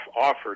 offered